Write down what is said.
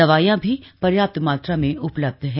दवाइयां भी पर्याप्त मात्रा में उपलब्ध है